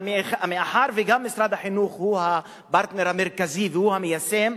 אבל מאחר שמשרד החינוך הוא הפרטנר המרכזי והוא המיישם,